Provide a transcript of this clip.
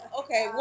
okay